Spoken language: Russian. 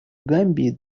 гамбии